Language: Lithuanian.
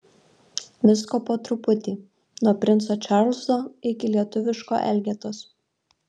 visko po truputį nuo princo čarlzo iki lietuviško elgetos